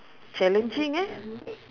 challenging eh